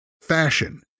fashion